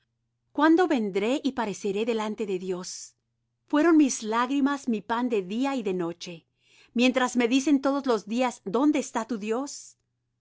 cuándo vendré y pareceré delante de dios fueron mis lágrimas mi pan de día y de noche mientras me dicen todos los días dónde está tu dios